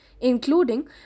including